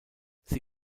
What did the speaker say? sie